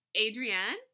Adrienne